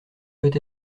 peut